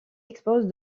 expose